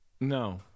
No